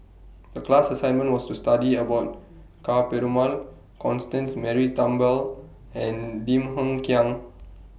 The class assignment was to study about Ka Perumal Constance Mary Turnbull and Lim Hng Kiang